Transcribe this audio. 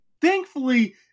thankfully